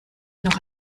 noch